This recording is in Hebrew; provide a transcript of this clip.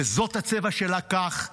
וזאת הצבע שלה כך,